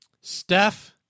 Steph